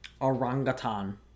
Orangutan